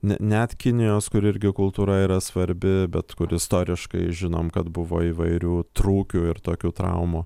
ne net kinijos kur irgi kultūra yra svarbi bet kur istoriškai žinom kad buvo įvairių trūkių ir tokių traumų